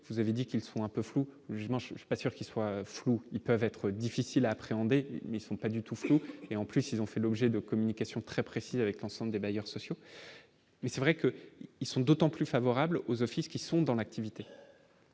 vous avez dit qu'ils sont un peu flous, je n'en suis pas sûr qu'il soit flou, ils peuvent être difficiles à appréhender, mais ils sont pas du tout flou et en plus ils ont fait l'objet de communication très précis avec l'ensemble des bailleurs sociaux, mais c'est vrai que, ils sont d'autant plus favorable aux offices, qui sont dans l'activité,